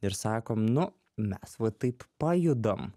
ir sakom nu mes va taip pajudam